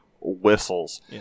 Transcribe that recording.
whistles